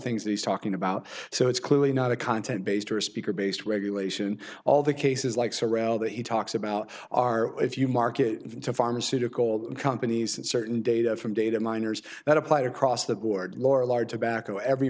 things he's talking about so it's clearly not a content based or a speaker based regulation all the cases like surround that he talks about are if you market into pharmaceutical companies and certain data from data miners that applied across the board lorillard tobacco every